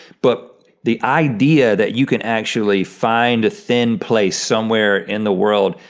but the idea that you can actually find a thin place somewhere in the world,